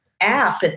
app